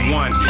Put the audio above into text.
one